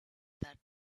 that